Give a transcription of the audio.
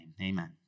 Amen